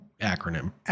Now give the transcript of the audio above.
acronym